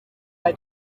muri